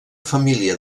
família